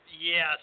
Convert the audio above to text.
Yes